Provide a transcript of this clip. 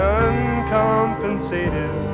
uncompensated